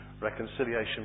reconciliation